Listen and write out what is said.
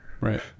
right